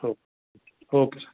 हो okay sir